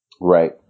Right